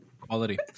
Quality